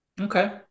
Okay